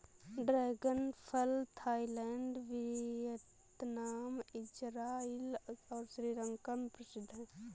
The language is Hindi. ड्रैगन फल थाईलैंड, वियतनाम, इज़राइल और श्रीलंका में प्रसिद्ध है